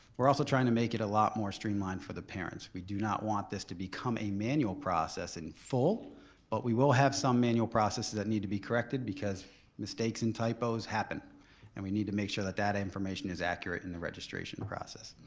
we're also trying to make it a lot more streamlined for the parents. we do not want this to become a manual process in full but we will have manual processes that need to be corrected because mistakes and typos happen and we need to make sure that that information is accurate in the registration process.